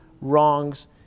wrongs